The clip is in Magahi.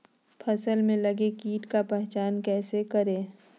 फ़सल में लगे किट का पहचान कैसे करे?